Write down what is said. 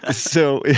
ah so.